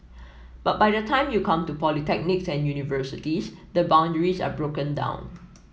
but by the time you come to polytechnics and universities the boundaries are broken down